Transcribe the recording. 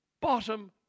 bottom